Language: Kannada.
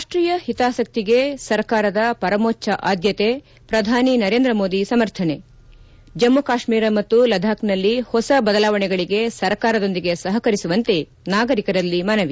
ರಾಷ್ಷೀಯ ಹಿತಾಸಕ್ತಿಗೆ ಸರ್ಕಾರದ ಪರಮೋಚ್ಗ ಆದ್ಗತೆ ಪ್ರಧಾನಿ ನರೇಂದ್ರ ಮೋದಿ ಸಮರ್ಥನೆ ಜಮ್ಮಕಾಶ್ವೀರ ಮತ್ತು ಲದಾಖ್ನಲ್ಲಿ ಹೊಸ ಬದಲಾವಣೆಗಳಿಗೆ ಸರ್ಕಾರದೊಂದಿಗೆ ಸಹಕರಿಸುವಂತೆ ನಾಗರಿಕರಲ್ಲಿ ಮನವಿ